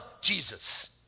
Jesus